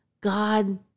God